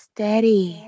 Steady